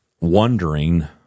wondering